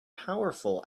powerful